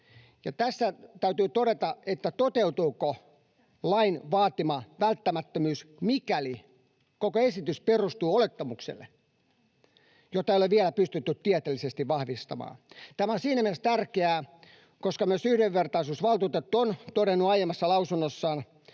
tässä täytyy todeta: toteutuuko lain vaatima välttämättömyys, mikäli koko esitys perustuu olettamukselle, jota ei ole vielä pystytty tieteellisesti vahvistamaan? Tämä on siinä mielessä tärkeää, että myös yhdenvertaisuusvaltuutettu on todennut aiemmassa lausunnossaan,